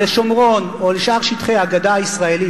לשומרון או לשאר שטחי הגדה הישראלית,